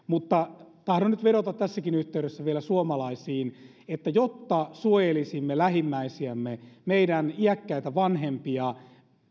mutta tahdon nyt vedota tässäkin yhteydessä vielä suomalaisiin että jotta suojelisimme lähimmäisiämme meidän iäkkäitä vanhempiamme